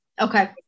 okay